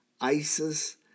ISIS